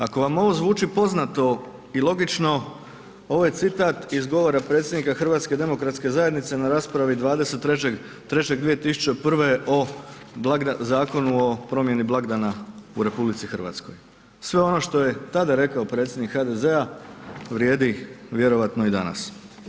Ako vam ovo zvuči poznato i logično, ovo je citat iz govora predsjednika HDZ-a na raspravi 23.3.2001. o Zakonu o promjeni blagdana u RH, sve ono što je tada rekao predsjednik HDZ-a vrijedi vjerojatno i danas.